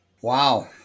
Wow